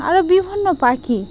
আরও বিভিন্ন পাখি